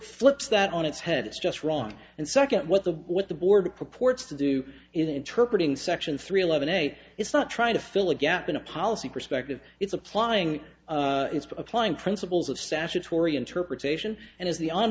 flips that on its head is just wrong and second what the what the board purports to do interpret in section three eleven a it's not trying to fill a gap in a policy perspective it's applying it's applying principles of statutory interpretation and as the on